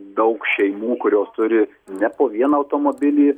daug šeimų kurios turi ne po vieną automobilį